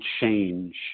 change